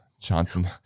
Johnson